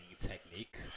technique